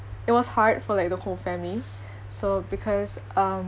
it was hard for like the whole family so because um